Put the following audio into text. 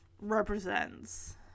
represents